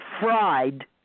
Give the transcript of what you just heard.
fried